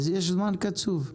יש זמן קצוב.